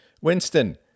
Winston